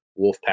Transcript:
Wolfpack